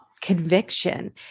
conviction